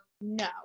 no